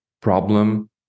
problem